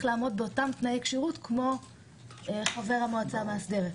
לעמוד באותם תנאי כשירות כמו חבר המועצה המאסדרת.